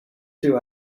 two